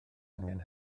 angen